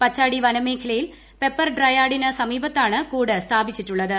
പച്ചാടി വനമേഖലയിൽ പെപ്പർ ഡ്രൈയാർഡിന് സമീപത്താണ് കൂട് സ്ഥാപിച്ചിട്ടുള്ളത്